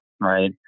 Right